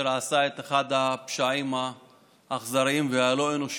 אשר עשה את אחד הפשעים האכזריים והלא-אנושיים